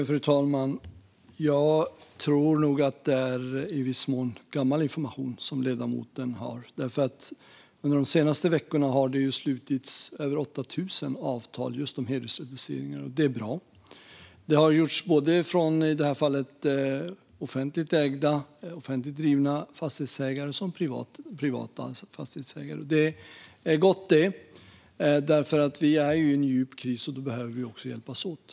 Fru talman! Jag tror att det i viss mån är gammal information som ledamoten har, för under de senaste veckorna har det slutits över 8 000 avtal om just hyresreduceringar. Det är bra. Det har gjorts både från offentligt ägda och drivna fastighetsbolag och från privata fastighetsägare, och det är gott det. Vi är nämligen i en djup kris, och då behöver vi hjälpas åt.